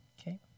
Okay